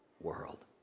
world